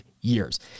years